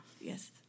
Yes